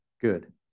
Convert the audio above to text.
good